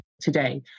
today